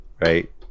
right